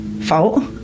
fault